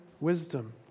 wisdom